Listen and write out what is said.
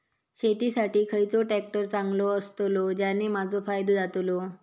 शेती साठी खयचो ट्रॅक्टर चांगलो अस्तलो ज्याने माजो फायदो जातलो?